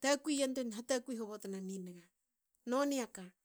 tukui e yantuein hatakui hobotna ni nge. Noni a ka.